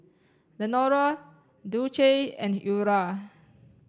Lenora Dulce and Eura